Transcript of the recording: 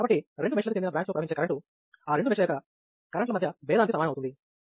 కాబట్టి రెండు మెష్లకు చెందిన బ్రాంచ్ లో ప్రవహించే కరెంటు ఆ రెండు మెష్ ల యొక్క కరెంటు ల మధ్య భేదానికి సమానం అవుతుంది